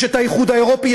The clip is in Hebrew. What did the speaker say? יש האיחוד האירופי,